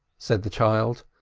said the child.